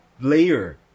layer